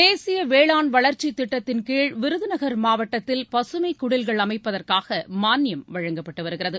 தேசிய வேளான் வளர்ச்சித் திட்டத்தின்கீழ் விருதுகர் மாவட்டத்தில் பசுமைக் குடில்கள் அமைப்பதற்காக மானியம் வழங்கப்பட்டு வருகிறது